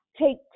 take